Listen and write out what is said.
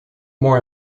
more